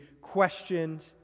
questioned